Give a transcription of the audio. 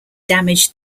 damage